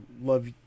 love